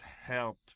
helped